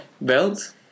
Belt